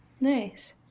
Nice